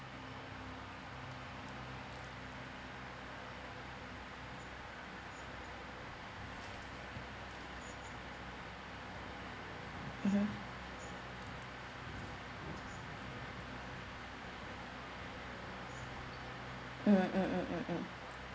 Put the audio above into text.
mmhmm mm mm mm mm mm